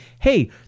hey